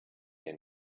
air